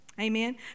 Amen